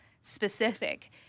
specific